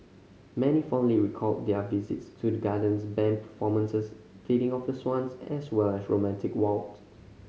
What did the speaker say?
many fondly recalled their visits to the gardens band performances feeding of the swans as well as romantic walks